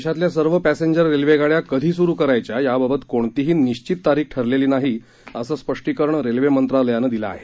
देशातल्या सर्व पॅसेंजर रेल्वेगाड्या कधी सुरु करायच्या याबाबत कोणतीही निश्वित तारीख ठरलेली नाही असं स्पष्टीकरण रेल्वे मंत्रालयानं दिलं आहे